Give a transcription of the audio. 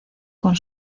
con